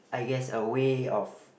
I guess a way of